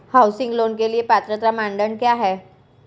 Housing loan के लिए पात्रता मानदंड क्या हैं?